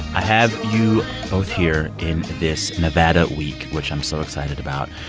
i have you both here in this nevada week, which i'm so excited about.